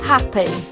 Happy